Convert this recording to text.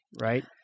right